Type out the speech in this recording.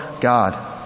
God